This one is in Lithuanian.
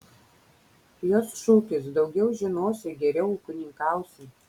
jos šūkis daugiau žinosi geriau ūkininkausi